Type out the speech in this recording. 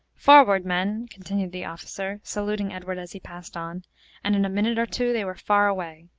forward! men, continued the officer, saluting edward as he passed on and in a minute or two they were far away.